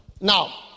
Now